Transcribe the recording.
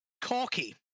Corky